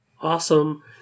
Awesome